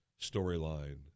storyline